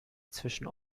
zwischen